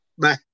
Bye